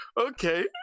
okay